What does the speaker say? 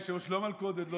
באמת, עשית לי מלכודת.